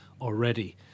already